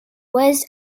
was